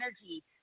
energy